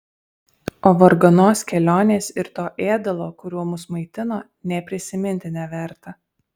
o varganos kelionės ir to ėdalo kuriuo mus maitino nė prisiminti neverta